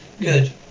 Good